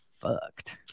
fucked